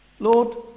Lord